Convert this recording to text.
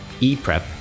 EPREP